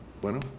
Bueno